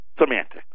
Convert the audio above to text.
Semantic